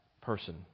person